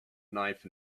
knife